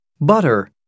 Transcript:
Butter